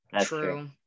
True